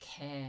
care